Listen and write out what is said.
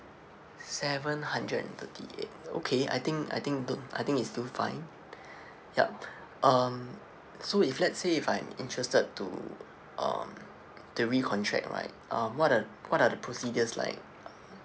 seven hundred and thirty eight okay I think I think th~ I think it's still fine yup um so if let's say if I'm interested to um to recontract right uh what are what are the procedures like